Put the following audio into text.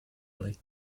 italy